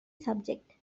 subject